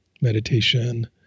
meditation